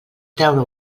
treure